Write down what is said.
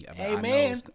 Amen